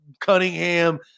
Cunningham